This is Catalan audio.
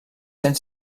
cent